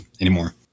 anymore